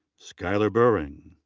skyler buhring.